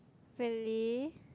really